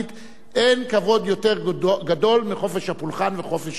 אין כבוד יותר גדול מחופש הפולחן וחופש האמונה,